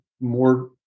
more